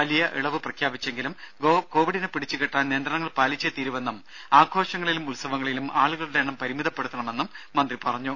വലിയ ഇളവ് പ്രഖ്യാപിച്ചെങ്കിലും കൊവിഡിനെ പിടിച്ചുകെട്ടാൻ നിയന്ത്രണങ്ങൾ പാലിച്ചേ തീരൂവെന്നും ആഘോഷങ്ങളിലും ഉത്സവങ്ങളിലും ആളുകളുടെ എണ്ണം പരിമിതപ്പെടുത്തണമെന്നും മന്ത്രി പറഞ്ഞു